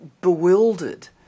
bewildered